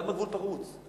הגבול פרוץ?